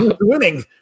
winning